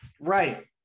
Right